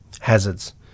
hazards